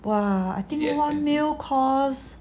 !wah! I think one meal cost